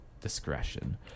discretion